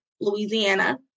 Louisiana